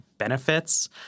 Benefits